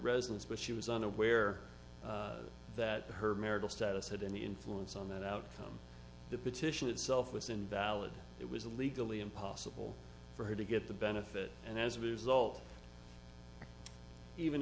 residence but she was unaware that her marital status had any influence on that outcome the petition itself was invalid it was legally impossible for her to get the benefit and as a result even